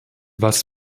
was